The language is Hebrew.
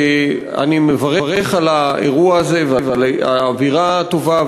אני מברך על האירוע הזה ועל האווירה הטובה,